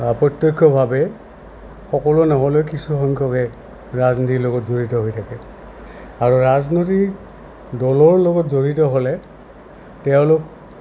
প্ৰত্যক্ষভাৱে সকলো নহ'লে কিছু সংখ্যকে ৰাজনীতিৰ লগত জড়িত হৈ থাকে আৰু ৰাজনীতিক দলৰ লগত জড়িত হ'লে তেওঁলোক